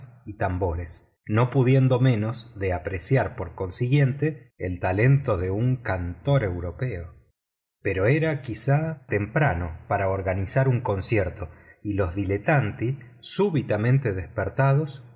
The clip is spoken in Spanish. y tambores no pudiendo menos de apreciar por consiguiente el talento de un cantor europeo pero era quizá temprano para organizar un concierto y los difetanti súbitamente despertados